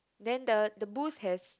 then the the booth has